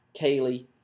Kaylee